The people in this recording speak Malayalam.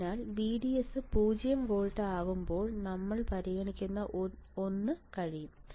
അതിനാൽ VDS 0 വോൾട്ട് ചെയ്യുമ്പോൾ നമ്മൾ പരിഗണിച്ച ഒന്ന് കഴിയും